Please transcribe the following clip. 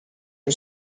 and